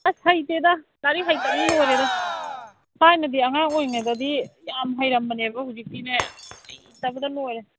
ꯑꯁ ꯍꯩꯇꯦꯗ ꯂꯥꯏꯔꯤꯛ ꯍꯩꯇꯕꯅ ꯂꯣꯏꯔꯦꯗ ꯊꯥꯏꯅꯗꯤ ꯑꯉꯥꯡ ꯑꯣꯏꯔꯤꯉꯩꯗꯗꯤ ꯌꯥꯝ ꯍꯩꯔꯝꯕꯅꯦꯕ ꯍꯧꯖꯤꯛꯇꯤꯅꯦ ꯍꯩꯇꯕꯗ ꯂꯣꯏꯔꯦ